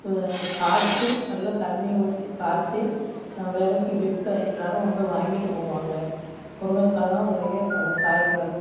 காய்ச்சி நல்லா தண்ணி ஊற்றி காய்ச்சி நான் விலைக்கி விற்பேன் எல்லோரும் வந்து வாங்கிட்டு போவாங்க முருங்கைக்காலாம் நிறைய கா காய் கிடக்கு